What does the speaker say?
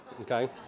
okay